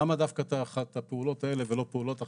למה דווקא את הפעולות האלה ולא פעולות אחרות?